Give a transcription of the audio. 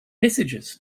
messages